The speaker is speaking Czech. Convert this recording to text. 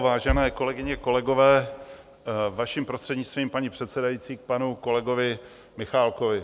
Vážené kolegyně a kolegové, vaším prostřednictvím, paní předsedající, k panu kolegovi Michálkovi.